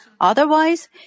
Otherwise